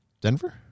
Denver